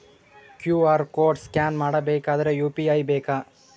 QR code scan ಮಾಡಬೇಕಾದರೆ UPI ಬೇಕಾ?